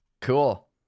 Cool